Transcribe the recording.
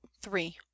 three